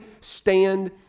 stand